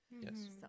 Yes